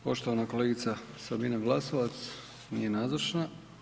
Poštovana kolegice Sabina Glasovac, nije nazočna.